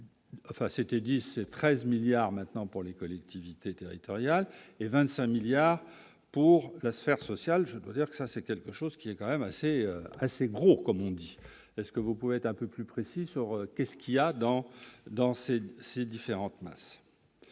c'était 17 13 milliards maintenant pour les collectivités territoriales et 25 milliards pour la sphère sociale, je dois dire que ça c'est quelque chose qui est quand même assez, assez gros, comme on dit, est-ce que vous pouvez être un peu plus précis sur qu'est-ce qu'il y a dans dans ces dans ces différentes masses